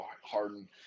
Harden